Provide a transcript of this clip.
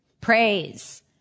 Praise